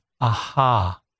aha